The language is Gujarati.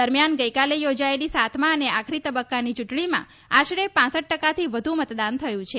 દરમ્યાન ગઈકાલે યોજાયેલી સાતમા અને આખરી તબક્કાની ચૂંટણીમાં આશરે ફપ ટકાથી વધુ મતદાન થયું છે